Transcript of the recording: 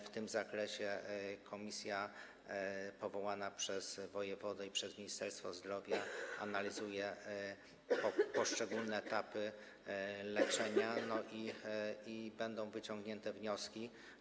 W tym zakresie komisja powołana przez wojewodę i przez Ministerstwo Zdrowia analizuje poszczególne etapy leczenia i będą wyciągnięte wnioski.